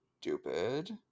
stupid